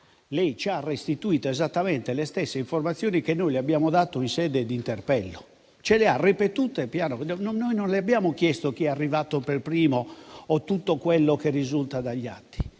Lei ci ha restituito esattamente le stesse informazioni che noi le abbiamo dato in sede d'interpello, ce le ha ripetute. Noi non le abbiamo chiesto chi è arrivato per primo o tutto quello che risulta dagli atti.